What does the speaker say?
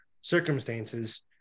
circumstances